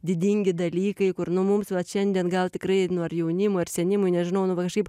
didingi dalykai kur nu mums vat šiandien gal tikrai nu ar jaunimui ar senimui nežinau nu va kažkaip